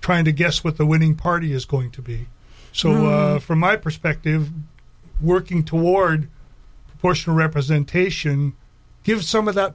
trying to guess what the winning party is going to be so from my perspective working toward proportional representation gives some of that